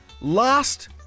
Last